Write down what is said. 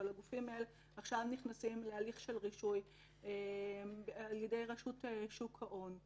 אבל הגופים האלה עכשיו נכנסים להליך של רישוי על ידי רשות שוק ההון.